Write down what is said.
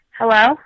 Hello